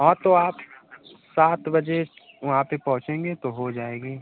हाँ तो आप सात बजे वहाँ पर पहुँचेंगे तो हो जाएगी